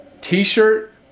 t-shirt